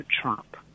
Trump